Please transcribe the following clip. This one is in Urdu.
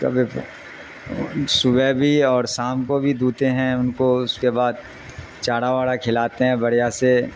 کبھی صبح بھی اور سام کو بھی دھوتے ہیں ان کو اس کے بعد چارہ وارا کھلاتے ہیں بڑھیا سے